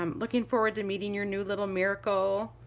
um looking forward to meeting your new little miracle,